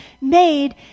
made